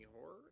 Horror